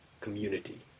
community